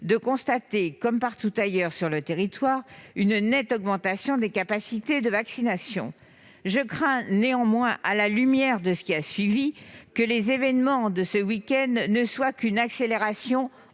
de constater, comme partout ailleurs sur le territoire, une nette augmentation des capacités de vaccination. Je crains néanmoins, à la lumière de ce qui a suivi, que les événements de ce week-end ne soient qu'une accélération